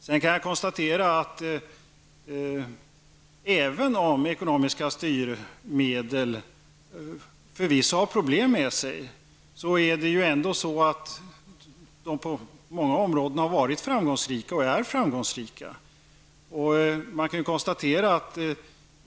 Sedan vill jag konstatera att även om vissa miljöåtgärder medför problem, har de ändå på många områden varit och är framgångsrika.